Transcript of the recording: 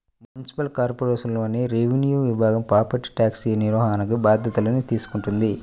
municipal కార్పొరేషన్లోని revenue విభాగం property tax నిర్వహణ బాధ్యతల్ని తీసుకుంటది